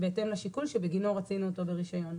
בהתאם לשיקול שבגינו רצינו אותו ברישיון.